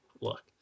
look